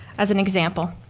as an example.